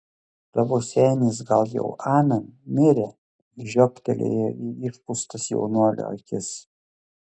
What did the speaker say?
tavo senis gal jau amen mirė žiobtelėjo į išpūstas jaunuolio akis